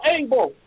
able